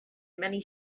many